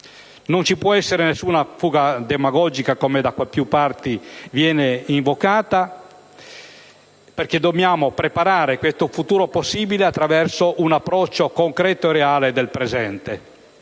Non ci può essere alcuna fuga demagogica, come da più parti viene invocata, perché dobbiamo preparare questo futuro possibile attraverso un approccio concreto e reale del presente.